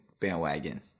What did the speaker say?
bandwagon